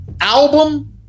album